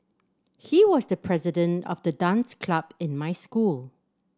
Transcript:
he was the president of the dance club in my school